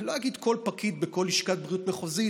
אני לא אגיד כל פקיד בכל לשכת בריאות מחוזית,